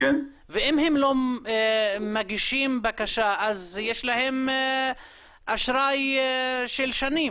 ואם הם לא מגישים בקשה, אז יש להם אשראי של שנים?